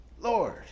Lord